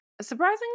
surprisingly